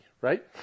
right